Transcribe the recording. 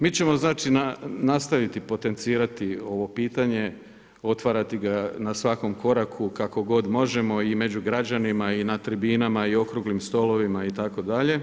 Mi ćemo nastaviti potencirati ovo pitanje, otvarati ga na svakom koraku kako god možemo i među građanima, i na tribinama, i okruglim stolovima itd.